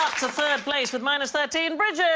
to third place with minus thirteen, bridget